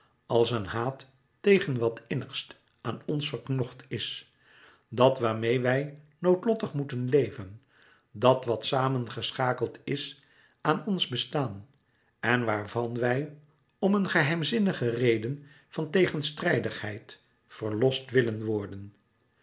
als een haat tegen wat innigst aan ons verknocht is dat waarmeê wij noodlottig moeten leven dat wat samengeschakeld is aan ons bestaan en waarvan wij om een geheimzinnige reden van tegenstrijdigheid verlost willen worden